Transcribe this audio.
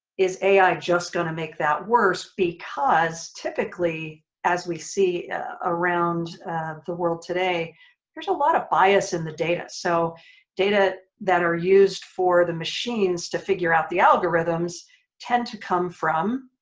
is ai just gonna make that worse because typically as we see around the world today there's a lot of bias in the data, so data that are used for the machines to figure out the algorithms tend to come from